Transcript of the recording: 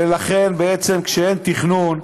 ולכן, בעצם, כשאין תכנון,